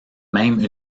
même